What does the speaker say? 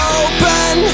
open